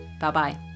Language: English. Bye-bye